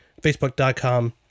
facebook.com